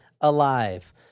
alive